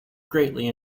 greatly